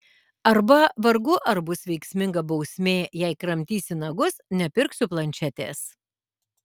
arba vargu ar bus veiksminga bausmė jei kramtysi nagus nepirksiu planšetės